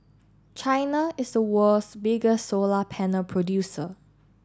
China is the world's bigger solar panel producer